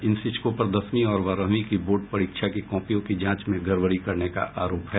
इन शिक्षकों पर दसवीं और बारहवीं की बोर्ड परीक्षा की कॉपियों की जांच में गड़बड़ी करने का आरोप है